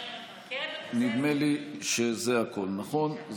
נדמה לי שזה הכול, נכון?